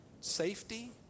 safety